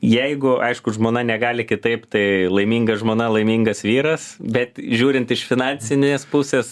jeigu aišku žmona negali kitaip tai laiminga žmona laimingas vyras bet žiūrint iš finansinės pusės